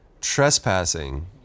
trespassing